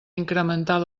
incrementar